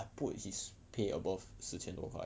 I put his pay above 十千多块